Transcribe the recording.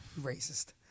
Racist